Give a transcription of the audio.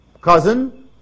cousin